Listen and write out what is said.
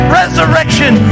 resurrection